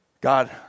God